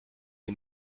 est